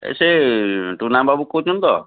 ସେ ଟୁନା ବାବୁ କହୁଛନ୍ତି ତ